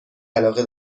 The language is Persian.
علاقه